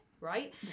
right